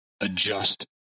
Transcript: adjust